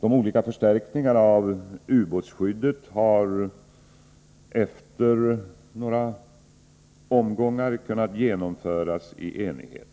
De olika förstärkningarna av ubåtsskyddet har genomförts i enighet.